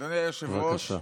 אדוני היושב-ראש,